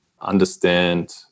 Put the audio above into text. understand